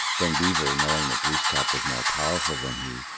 then beaver, knowing that glooskap was more powerful than he,